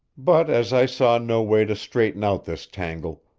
but as i saw no way to straighten out this tangle,